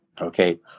okay